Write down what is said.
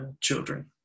children